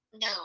No